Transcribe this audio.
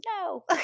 no